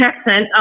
accent